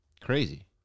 Crazy